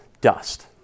dust